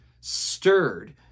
stirred